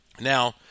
Now